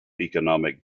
economic